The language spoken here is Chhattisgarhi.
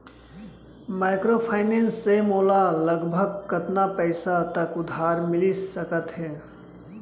माइक्रोफाइनेंस से मोला लगभग कतना पइसा तक उधार मिलिस सकत हे?